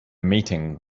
meeting